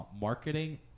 Marketing